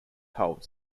holds